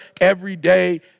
everyday